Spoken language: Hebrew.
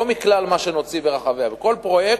לא מכלל מה שנוציא אלא מכל פרויקט,